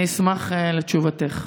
אשמח לתשובתך.